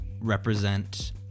represent